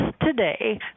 today